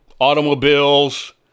automobiles